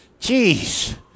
Jeez